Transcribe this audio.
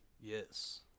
yes